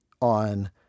on